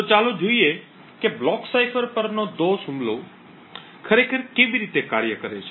તો ચાલો જોઈએ કે બ્લોક સાઇફર પરનો દોષ હુમલો ખરેખર કેવી રીતે કાર્ય કરે છે